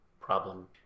problem